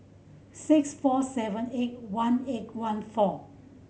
six four seven eight one eight one four